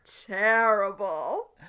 terrible